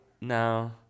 No